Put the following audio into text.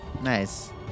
Nice